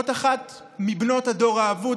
עוד אחת מבנות הדור האבוד,